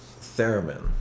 theremin